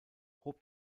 hob